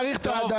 אני מעריך את האדם.